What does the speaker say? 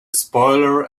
spoiler